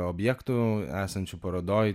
objektų esančių parodoj